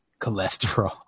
cholesterol